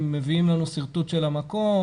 הם מביאים לנו שרטוט של המקום,